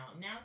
Now